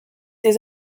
des